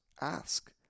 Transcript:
Ask